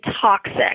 toxic